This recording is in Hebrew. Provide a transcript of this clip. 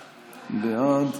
בעד.